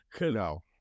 No